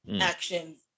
actions